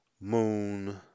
moon